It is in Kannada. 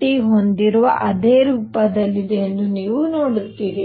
T ಹೊಂದಿರುವ ಅದೇ ರೂಪದಲ್ಲಿದೆ ಎಂದು ನೀವು ನೋಡುತ್ತೀರಿ